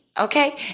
Okay